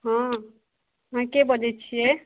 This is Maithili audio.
हँ अहाँके बजय छियै